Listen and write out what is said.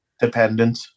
Dependent